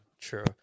true